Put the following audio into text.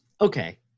okay